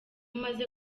umaze